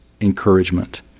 encouragement